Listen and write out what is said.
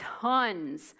tons